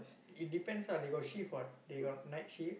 it depends ah they got shift what they got night shift